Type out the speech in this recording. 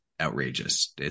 outrageous